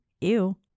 ew